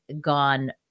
gone